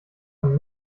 von